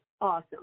awesome